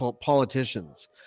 politicians